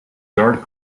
dark